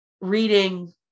reading